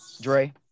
Dre